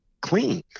clean